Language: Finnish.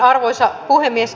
arvoisa puhemies